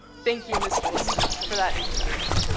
thank you, ms. wilson, for that introduction.